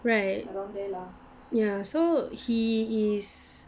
right ya so he is